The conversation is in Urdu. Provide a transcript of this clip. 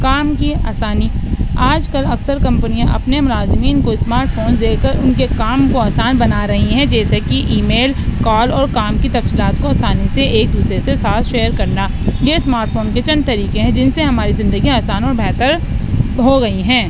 کام کی آسانی آج کل اکثر کمپنیاں اپنے ملازمین کو اسمارٹ فون دے کر ان کے کام کو آسان بنا رہی ہیں جیسے کہ ای میل کال اور کام کی تفصیلات کو آسانی سے ایک دوسرے سے ساتھ شیئر کرنا یہ اسمارٹ فون کے چند طریقے ہیں جن سے ہماری زندگیاں آسان اور بہتر ہو گئیں ہیں